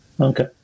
Okay